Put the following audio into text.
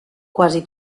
quasi